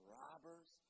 robbers